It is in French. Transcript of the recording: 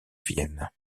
vienne